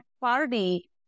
party